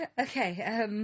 Okay